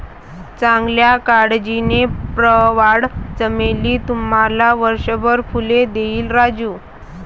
चांगल्या काळजीने, प्रवाळ चमेली तुम्हाला वर्षभर फुले देईल राजू